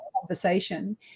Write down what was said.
conversation